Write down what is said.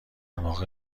واقع